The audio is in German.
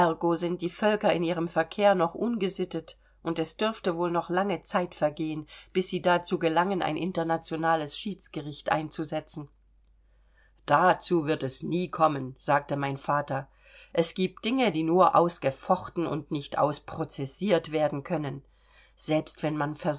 sind die völker in ihrem verkehr noch ungesittet und es dürfte wohl noch lange zeit vergehen bis sie dazu gelangen ein internationales schiedsgericht einzusetzen dazu wird es nie kommen sagte mein vater es gibt dinge die nur ausgefochten und nicht ausprozessiert werden können selbst wenn man